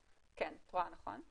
כן, את רואה נכון.